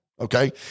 Okay